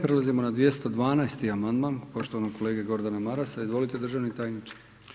Prelazimo na 212. amandman poštovanog kolege Gordana Marasa, izvolite državni tajniče.